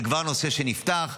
זה כבר נושא שנפתח,